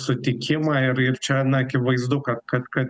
sutikimą ir ir čia na akivaizdu kad kad kad